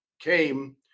came